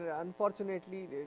unfortunately